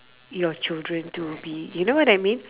your children to be you know what I mean